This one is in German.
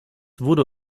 wurde